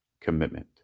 commitment